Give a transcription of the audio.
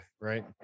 right